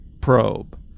probe